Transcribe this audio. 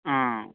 ఆ